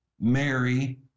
Mary